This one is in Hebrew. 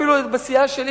אפילו בסיעה שלי,